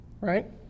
Right